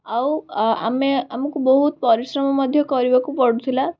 ଆଉ ଆମେ ଆମକୁ ବହୁତ ପରିଶ୍ରମ ମଧ୍ୟ କରିବାକୁ ପଡୁଥିଲା